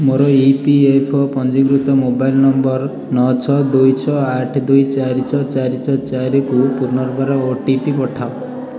ମୋର E P F O ପଞ୍ଜୀକୃତ mobile number ନଅ ଛଅ ଦୁଇ ଛଅ ଆଠ ଦୁଇ ଚାରି ଛଅ ଚାରି ଛଅ ଚାରିକୁ ପୁନର୍ବାର ଓ ଟି ପି ପଠାଅ